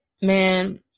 man